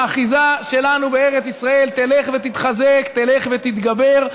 האחיזה שלנו בארץ ישראל תלך ותתחזק, תלך ותתגבר.